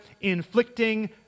inflicting